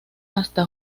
hasta